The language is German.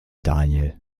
daniel